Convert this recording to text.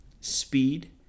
speed